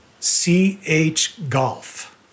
chgolf